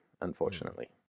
unfortunately